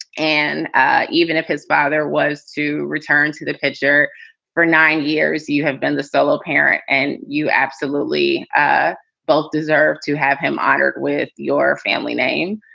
and ah even if his father was to return to the picture for nine years, you have been the solo parent and you absolutely ah both deserve to have him honored with your family name.